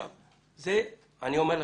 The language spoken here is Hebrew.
אני אומר לך,